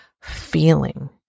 feeling